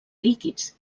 líquids